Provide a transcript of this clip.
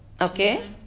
Okay